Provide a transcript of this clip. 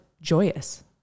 joyous